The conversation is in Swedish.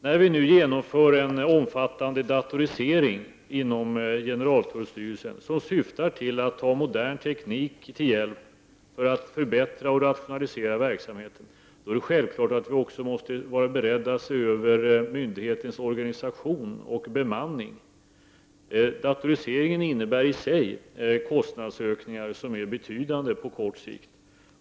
När vi nu genomför en omfattande datorisering inom generaltullstyrelsen, som syftar till att ta modern teknik till hjälp för att förbättra och rationalisera verksamheten, måste vi självklart också vara beredda att se över myndighetens organisation och bemanning. Datoriseringen innebär i sig betydande kostnadsökningar på kort sikt.